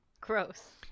gross